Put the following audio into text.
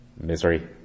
misery